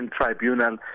tribunal